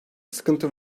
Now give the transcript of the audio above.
sıkıntı